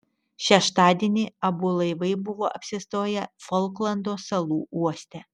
šeštadienį abu laivai buvo apsistoję folklando salų uoste